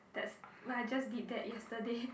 that's what I just did that yesterday